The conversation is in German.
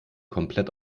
komplett